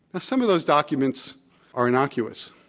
some of those documents are innocuous.